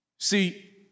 See